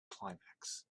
climax